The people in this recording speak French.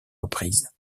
reprises